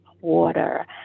water